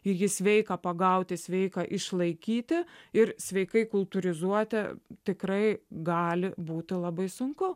jį sveiką pagauti sveiką išlaikyti ir sveikai kultūrizuoti tikrai gali būti labai sunku